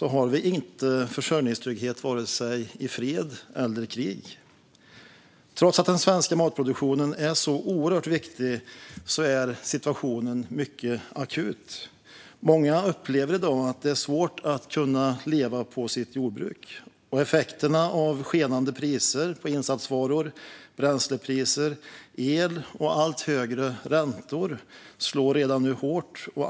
har vi inte försörjningstrygghet vare sig i fred eller krig. Trots att den svenska matproduktionen är så oerhört viktig är situationen mycket akut. Många upplever i dag att det är svårt att leva på sitt jordbruk, och effekterna av skenande priser på insatsvaror, bränsle och el samt allt högre räntor slår redan nu hårt.